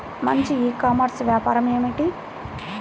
మంచి e commerce వ్యాపారం ఏమిటీ?